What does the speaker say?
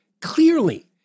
Clearly